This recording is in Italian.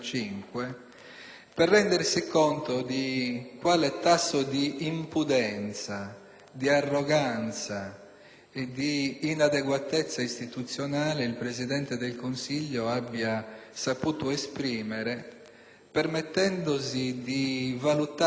di inadeguatezza istituzionale il Presidente del Consiglio abbia saputo esprimere, permettendosi di valutare, sia dal punto di vista politico che da quello etico e morale, il candidato del centrosinistra.